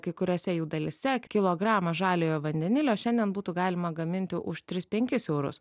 kai kuriose jų dalyse kilogramą žaliojo vandenilio šiandien būtų galima gaminti už tris penkis eurus